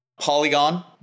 Polygon